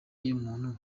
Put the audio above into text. y’umuntu